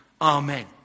Amen